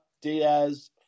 Diaz